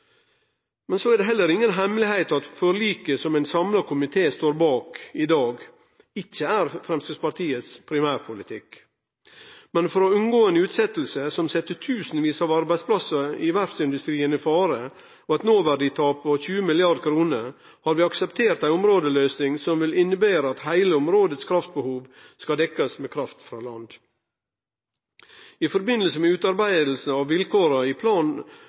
er heller inga hemmelegheit at forliket som ein samla komité står bak i dag, ikkje er Framstegspartiets primærpolitikk. Men for å unngå ei utsetjing som set tusenvis av arbeidsplassar i verftsindustrien i fare og gir eit noverditap på 20 mrd. kr, har vi akseptert ei områdeløysing som vil innebere at heile områdets kraftbehov skal dekkjast med kraft frå land. I samband med utarbeidinga av vilkåra i